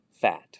fat